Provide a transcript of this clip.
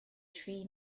tri